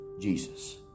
Jesus